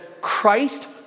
Christ